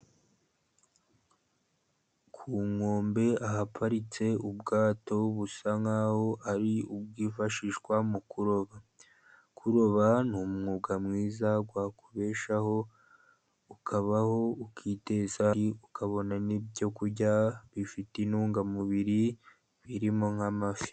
Ku nkombe ahaparitse ubwato busa nkaho ari ubwifashishwa mu kuroba. Kuroba ni umwuga mwiza wakubeshaho ukabaho ukiteza imbere ariko ukabona n'ibyo kurya bifite intungamubiri birimo nk'amafi.